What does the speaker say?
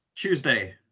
Tuesday